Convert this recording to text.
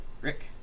Rick